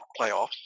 playoffs